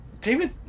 David